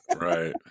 right